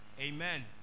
Amen